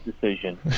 decision